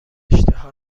اشتها